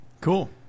Cool